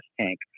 tank